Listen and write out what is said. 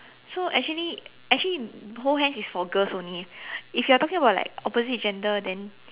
so actually actually hold hands is for girls only if you are talking about like opposite gender then